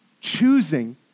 choosing